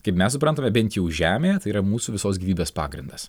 kaip mes suprantame bent jau žemėje tai yra mūsų visos gyvybės pagrindas